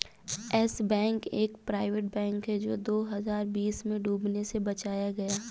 yes Bank एक private bank है जो दो हज़ार बीस में डूबने से बचाया गया